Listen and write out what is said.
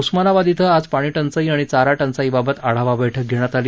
उस्मानाबाद इथं आज पाणी टंचाई आणि चारा टंचाईबाबत आढावा बैठक घेण्यात आली